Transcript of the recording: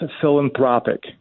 philanthropic